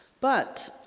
but